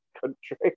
country